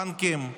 בנקים,